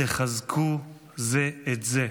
ותחזקו זה את זה.